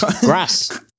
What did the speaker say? grass